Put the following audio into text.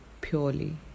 purely